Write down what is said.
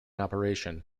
operation